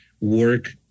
work